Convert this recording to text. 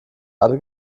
alle